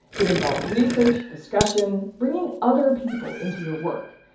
it involves research, discussion, bringing other people into your work.